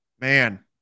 man